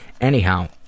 Anyhow